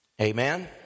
Amen